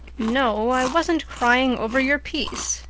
no, i wasn't crying over your piece,